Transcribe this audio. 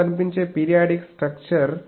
ఇలా కనిపించే periodic structure